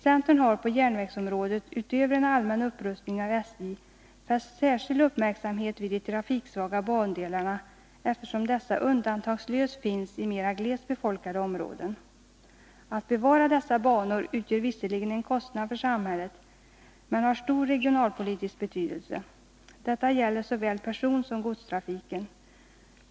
Centern har på järnvägsområdet, utöver att vi föreslagit en allmän upprustning av SJ, fäst särskild uppmärksamhet vid de trafiksvaga bandelarna, eftersom dessa undantagslöst finns i mer glest befolkade områden. Att bevara dessa banor medför visserligen en kostnad för samhället, men det har stor regionalpolitisk betydelse. Detta gäller såväl personsom godstrafiken.